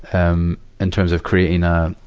um, in terms of creating a,